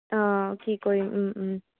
অঁ কি কৰিম